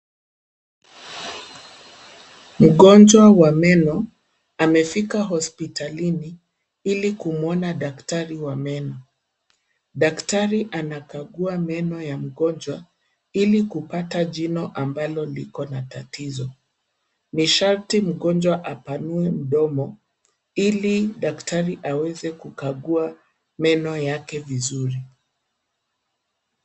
Mgonjwa wa meno amefika hospitalini ili kumwona daktari wa meno. Daktari anakagua meno ya mgonjwa, ili kupata jino ambalo liko na tatizo. Ni sharti mgonjwa apanue mdomo, ili daktari aweze kukagua meno yake vizuri.